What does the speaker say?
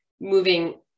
moving